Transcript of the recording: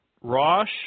Rosh